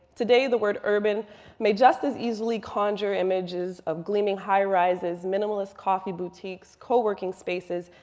today the word urban may just as easily conjure images of gleaming high-rises, minimalist coffee boutiques, co-working spaces,